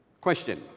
Question